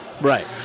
Right